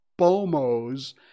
BOMOs